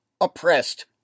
oppressed